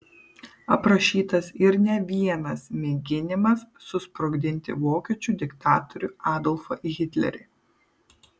aprašytas ir ne vienas mėginimas susprogdinti vokiečių diktatorių adolfą hitlerį